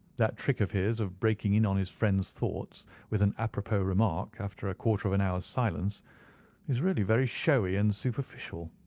that trick of his of breaking in on his friends' thoughts with an apropos remark after a quarter of an hour's silence is really very showy and superficial.